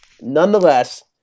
Nonetheless